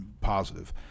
positive